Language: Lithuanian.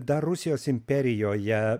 dar rusijos imperijoje